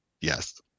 yes